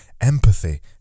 Empathy